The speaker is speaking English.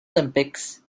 olympics